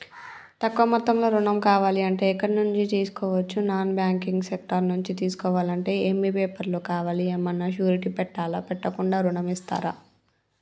తక్కువ మొత్తంలో ఋణం కావాలి అంటే ఎక్కడి నుంచి తీసుకోవచ్చు? నాన్ బ్యాంకింగ్ సెక్టార్ నుంచి తీసుకోవాలంటే ఏమి పేపర్ లు కావాలి? ఏమన్నా షూరిటీ పెట్టాలా? పెట్టకుండా ఋణం ఇస్తరా?